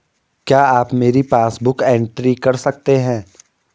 क्या आप मेरी पासबुक बुक एंट्री कर सकते हैं?